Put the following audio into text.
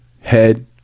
head